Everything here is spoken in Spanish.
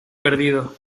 perdido